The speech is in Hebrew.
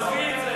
תעזבי את זה.